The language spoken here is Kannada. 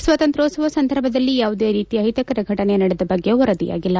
ಸ್ವಾತಂತ್ರ್ಯೋತ್ಸವ ಸಂದರ್ಭದಲ್ಲಿ ಯಾವುದೇ ರೀತಿಯ ಅಹಿತಕರ ಫಟನೆ ನಡೆದ ಬಗ್ಗೆ ವರದಿಯಾಗಿಲ್ಲ